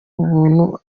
buntu